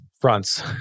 fronts